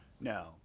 No